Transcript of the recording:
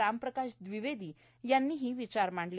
राम प्रकाश दविवेदी यांनी विचार मांडले